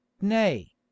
nay